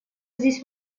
здесь